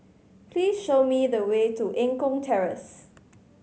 please show me the way to Eng Kong Terrace